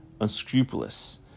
unscrupulous